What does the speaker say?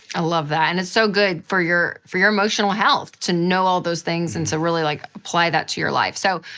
i love that. and it's so good for your for your emotional health to know all those things and to so really like apply that to your life. so,